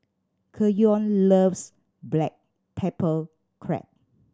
Keyon loves black pepper crab